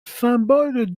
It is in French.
symbole